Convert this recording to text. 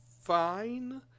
fine